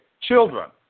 children